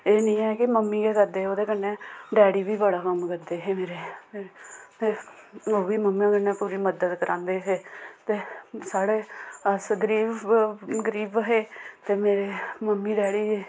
एह् निं ऐ कि मम्मी गै करदेे ओह्दे कन्नै डैडी बी बड़ा कम्म करदे हे मेरे ते ओह् बी मम्मी कन्नै पूरी मदद करांदे हे ते साढ़े अस गरीब गरीब हे ते मेरे मम्मी डैडी